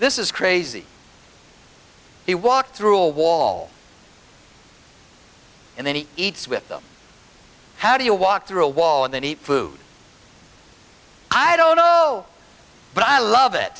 this is crazy he walked through a wall and then he eats with them how do you walk through a wall and then eat food i don't know but i love it